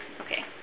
Okay